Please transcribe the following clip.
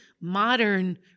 modern